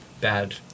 bad